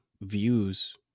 views